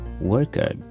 worker